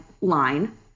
line